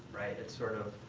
it's sort of